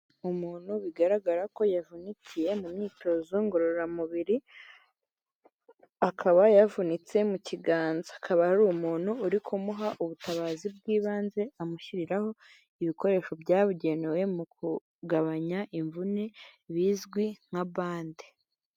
Umuntu bigaragara ko yavunikiye mu myitozo ngororamubiri, akaba yavunitse mu kiganza, hakaba hari umuntu uri kumuha ubutabazi bw'ibanze amushyiriraho ibikoresho byabugenewe mu kugabanya imvune bizwi nka bande.